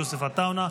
יוסף עטאונה.